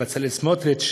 בצלאל סמוטריץ,